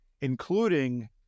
including